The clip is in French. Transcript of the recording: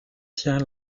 tient